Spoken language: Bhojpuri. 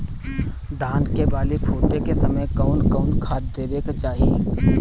धान के बाली फुटे के समय कउन कउन खाद देवे के चाही?